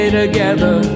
together